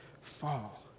fall